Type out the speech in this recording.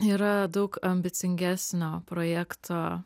yra daug ambicingesnio projekto